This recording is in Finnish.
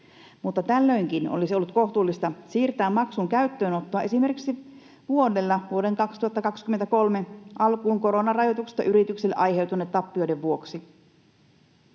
tällöinkin olisi ollut kohtuullista siirtää maksun käyttöönottoa esimerkiksi vuodella vuoden 2023 alkuun koronarajoituksista yrityksille aiheutuneiden tappioiden vuoksi.